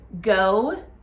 Go